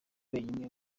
wenyine